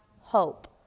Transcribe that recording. hope